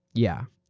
yeah.